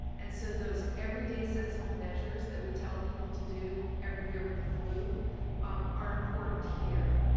and so those everyday sensible measures that we tell people to do every year with the flu um are important here.